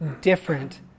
different